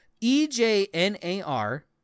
E-J-N-A-R